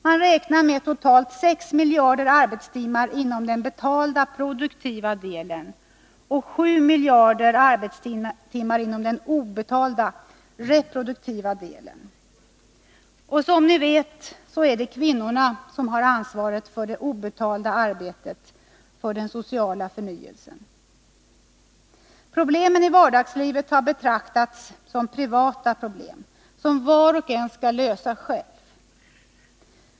Man räknar med totalt 6 miljarder arbetstimmar inom den betalda produktiva delen och 7 miljarder arbetstimmar inom den obetalda reproduktiva delen. Och som ni vet är det kvinnorna som har huvudansvaret för det obetalda arbetet för social förnyelse. Problemen i vardagslivet har betraktats som privata problem, som var och en skall lösa själv.